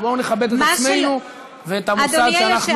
בואו נכבד את עצמנו ואת המוסד שזכינו להיות חלק ממנו.